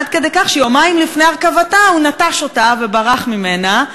עד כדי כך שיומיים לפני הרכבתה הוא נטש אותה וברח ממנה.